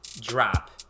drop